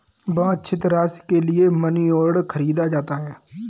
वांछित राशि के लिए मनीऑर्डर खरीदा जाता है